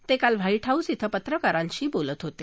ते काल White House ध्वे पत्रकारांशी बोलत होते